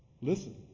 Listen